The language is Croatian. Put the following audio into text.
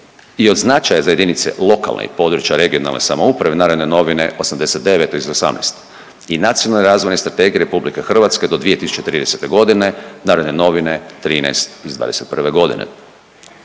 i od značaja za jedinice lokalne i područne regionalne samouprave Narodne novine 89 iz '18. i Nacionalne razvojne strategije RH do 2030. godine Narodne novine iz '21. godine.